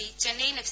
C Chennaiyin F